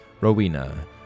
Rowena